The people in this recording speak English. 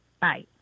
Bye